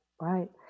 right